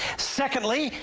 secondly,